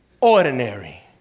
Ordinary